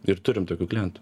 ir turim tokių klientų